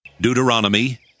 Deuteronomy